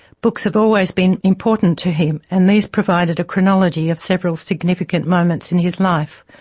books have always been important to him, and these provided a chronology of several significant moments in his life.